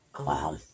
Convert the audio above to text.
Wow